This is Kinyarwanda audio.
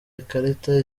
ikarita